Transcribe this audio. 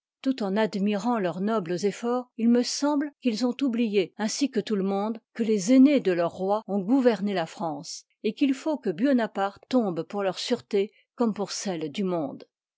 tout en adaiiraih leurs nobles efforis u m r semblé quils l hmf ont oublié ainsi que tout le monde que i ivni les amés de leurs rois ont gouverné la france et qu'il faut que buonaparte tombe pour leur sûreté comme pour celle du monde